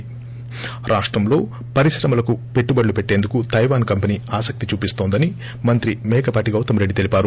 ి రాష్టంలో పరిశ్రమలకు పెట్టుబడులు పెట్టేందుకు తైవాస్ కంపినీ ఆసక్తి చూపిస్తోందని మంత్రి మేకపాటి గౌతమ్ రెడ్డి తెలిపారు